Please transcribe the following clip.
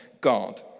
God